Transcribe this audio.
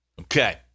okay